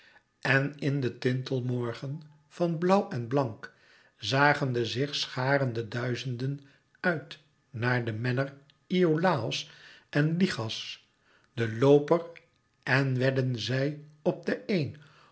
en in den tintelmorgen van blauwen blank zagen de zich scharende duizenden uit naar den menner iolàos en lichas den looper en wedden zij op den een